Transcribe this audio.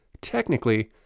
Technically